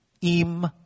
Im